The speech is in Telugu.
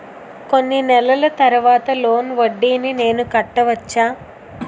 కొన్ని నెలల తర్వాత లోన్ వడ్డీని నేను కట్టవచ్చా?